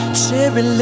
cherry